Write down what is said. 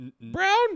Brown